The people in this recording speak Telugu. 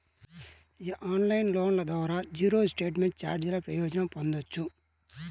ఈ ఆన్లైన్ లోన్ల ద్వారా జీరో స్టేట్మెంట్ ఛార్జీల ప్రయోజనం పొందొచ్చు